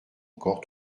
encore